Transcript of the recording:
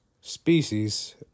species